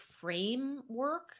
framework